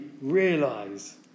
realise